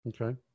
Okay